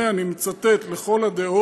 8, אני מצטט: "לכל הדעות